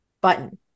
button